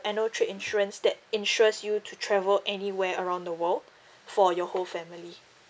annual trip insurance that insures you to travel anywhere around the world for your whole family